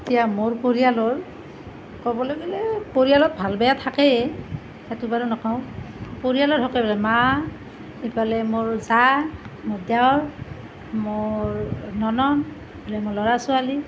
এতিয়া মোৰ পৰিয়ালৰ ক'বলৈ গ'লে পৰিয়ালত ভাল বেয়া থাকেই সেইটো বাৰু নকওঁ পৰিয়ালৰ হকে মা ইফালে মোৰ জা মোৰ দেৱৰ মোৰ ননদ ইফালে মোৰ ল'ৰা ছোৱালী